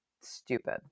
stupid